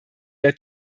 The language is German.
der